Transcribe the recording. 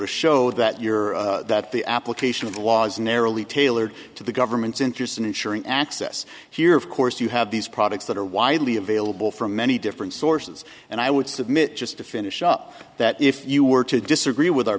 to show that you're that the application of the laws narrowly tailored to the government's interest in ensuring access here of course you have these products that are widely available from many different sources and i would submit just to finish up that if you were to disagree with our